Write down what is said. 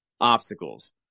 obstacles